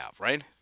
right